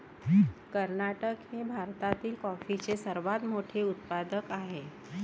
कर्नाटक हे भारतातील कॉफीचे सर्वात मोठे उत्पादक आहे